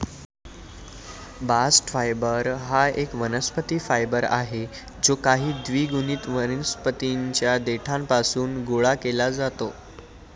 bast fibre हा एक वनस्पती फायबर आहे जो काही द्विगुणित वनस्पतीं च्या देठापासून गोळा केला जातो